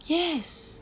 yes